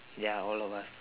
ya all of us